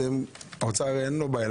לאוצר אין בעיה.